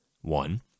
One